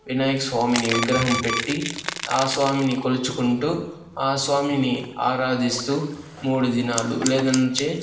వినయకస్వామిని విగ్రహం పెట్టి ఆ స్వామిని కొలుచుకుంటూ ఆ స్వామిని ఆరాధిస్తూ మూడు దినాలు లేదనుచే